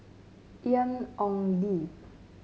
Ian Ong Li